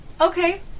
Okay